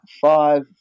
five